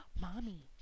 mommy